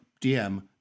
DM